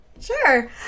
Sure